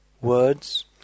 words